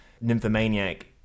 nymphomaniac